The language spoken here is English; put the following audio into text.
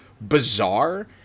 bizarre